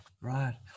right